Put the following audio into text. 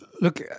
look